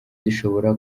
zishobora